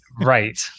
Right